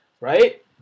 right